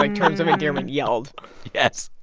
like terms of endearment yelled yes.